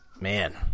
Man